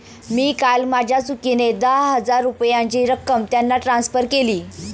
मी काल माझ्या चुकीने दहा हजार रुपयांची रक्कम त्यांना ट्रान्सफर केली